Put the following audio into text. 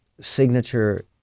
Signature